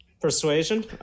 Persuasion